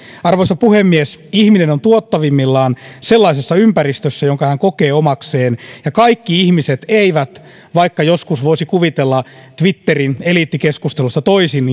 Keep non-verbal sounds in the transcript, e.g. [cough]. arvoisa puhemies ihminen on tuottavimmillaan sellaisessa ympäristössä jonka hän kokee omakseen ja kaikki ihmiset eivät vaikka joskus voisi kuvitella twitterin eliittikeskustelusta toisin [unintelligible]